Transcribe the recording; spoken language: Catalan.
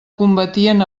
combatien